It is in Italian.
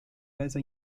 resa